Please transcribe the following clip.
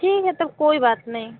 ठीक है तो कोई बात नहीं